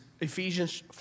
Ephesians